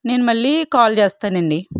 నేను మళ్ళీ కాల్ చేస్తానండి